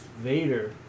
Vader